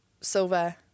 silver